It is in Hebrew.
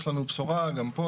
יש לנו בשורה גם פה.